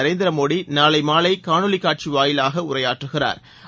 நரேந்திர மோடி நாளை மாலை காணொலிக் காட்சி வாயிலாக உரையாற்றுகிறறர்